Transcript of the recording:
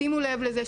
שימו לב לזה,